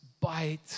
bite